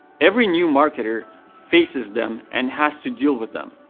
every new marketer faces them and has to deal with them.